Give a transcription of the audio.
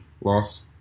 Loss